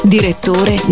Direttore